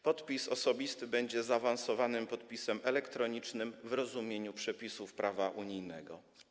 Podpis osobisty będzie zaawansowanym podpisem elektronicznym w rozumieniu przepisów prawa unijnego.